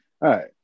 right